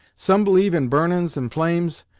some believe in burnin's and flames,